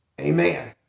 amen